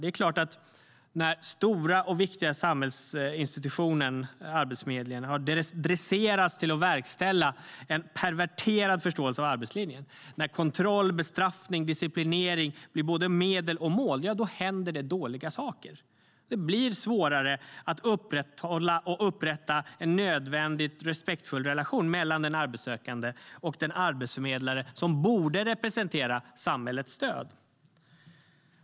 Det är klart att när Arbetsförmedlingen, denna stora och viktiga samhällsinstitution, dresseras till att verkställa en perverterad förståelse av arbetslinjen och när kontroll, bestraffning och disciplinering blir både medel och mål händer det dåliga saker. Det blir svårare att upprätthålla och upprätta en nödvändigt respektfull relation mellan den arbetssökande och den arbetsförmedlare som borde representera samhällets stöd.